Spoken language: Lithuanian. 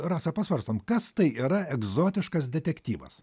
rasa pasvarstom kas tai yra egzotiškas detektyvas